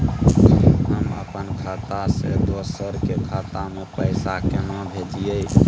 हम अपन खाता से दोसर के खाता में पैसा केना भेजिए?